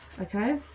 okay